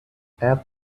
add